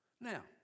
Now